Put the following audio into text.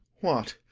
what,